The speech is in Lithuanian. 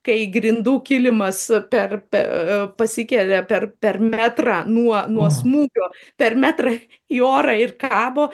kai grindų kilimas per pe pasikelia per per metrą nuo nuo smūgio per metrą į orą ir kabo